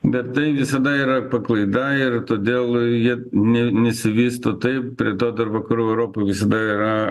bet tai visada yra paklaida ir todėl jie nesivysto taip prie to dar vakarų europoj visada yra